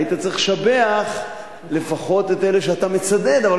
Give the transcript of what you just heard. היית צריך לשבח לפחות את אלה שאתה מצדד בהם,